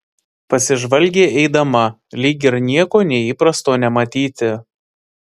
pasižvalgė eidama lyg ir nieko neįprasto nematyti